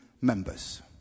members